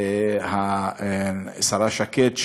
השרה שקד,